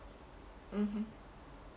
mmhmm